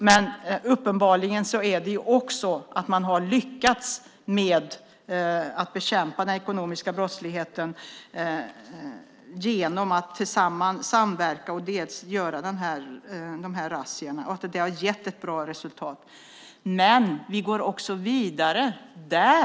De har uppenbarligen också lyckats att bekämpa den ekonomiska brottsligheten genom att samverka och göra de här razziorna. Det har gett ett bra resultat. Vi går också vidare.